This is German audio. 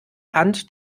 hand